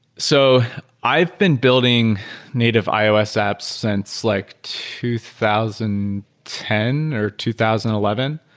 so i've been building native ios apps since like two thousand and ten or two thousand and eleven.